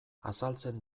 azaltzen